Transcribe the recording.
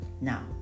Now